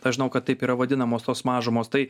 aš žinau kad taip yra vadinamos tos mažumos tai